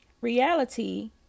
Reality